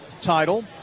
title